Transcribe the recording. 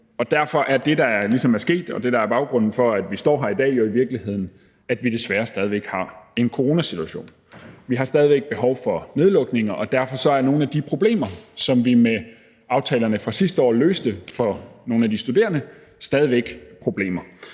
Og derfor er det, der ligesom er sket, og det, der er baggrunden for, at vi står her i dag, jo i virkeligheden, at vi desværre stadig væk har en coronasituation. Vi har stadig væk behov for nedlukninger, og derfor er nogle af de problemer, som vi med aftalerne fra sidste år løste for nogle af de studerende, stadig væk problemer.